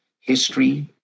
history